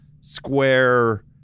square